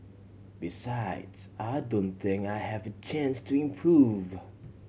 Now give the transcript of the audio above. besides I don't think I have a chance to improve